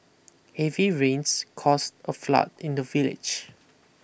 heavy rains caused a flood in the village